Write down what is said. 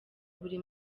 buri